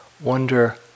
wonder